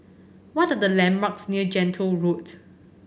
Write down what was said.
what are the landmarks near Gentle Road